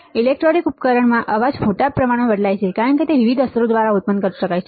electronic ઉપકરણોમાં અવાજ મોટા પ્રમાણમાં બદલાય છે કારણ કે તે વિવિધ અસરો દ્વારા ઉત્પન્ન કરી શકાય છે